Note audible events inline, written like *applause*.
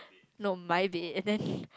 no my bed then *breath*